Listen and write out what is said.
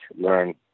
learn